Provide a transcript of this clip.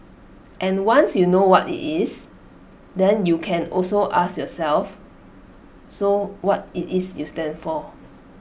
and once you know what IT is then you can also ask yourself so what is IT you stand for